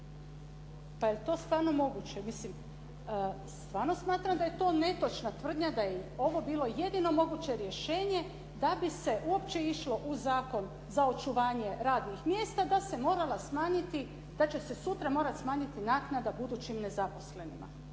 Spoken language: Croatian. Pa jel to stvarno moguće? Mislim, stvarno smatram da je ovo netočna tvrdnja da je ovo bilo jedino moguće rješenje da bi se uopće išlo u zakon za očuvanje radnih mjesta da se morala smanjiti, da će se sutra morat smanjiti naknada budućim nezaposlenima.